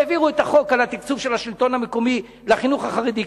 העבירו את החוק על התקצוב של השלטון המקומי לחינוך החרדי,